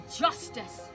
justice